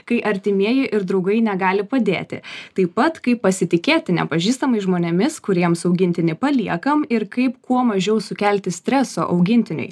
kai artimieji ir draugai negali padėti taip pat kaip pasitikėti nepažįstamais žmonėmis kuriems augintinį paliekam ir kaip kuo mažiau sukelti streso augintiniui